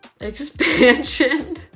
expansion